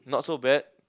not so bad